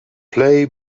play